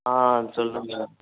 ஆ சொல்லுங்கள்